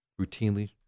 routinely